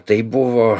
tai buvo